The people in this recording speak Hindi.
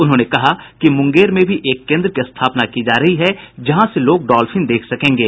उन्होंने कहा कि मुंगेर में भी एक केन्द्र की स्थापना की जा रही है जहां से लोग डॉल्फिन देख सकेंगे